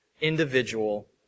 individual